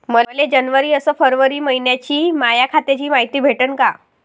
मले जनवरी अस फरवरी मइन्याची माया खात्याची मायती भेटन का?